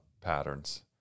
patterns